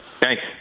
Thanks